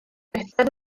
prestar